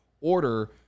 order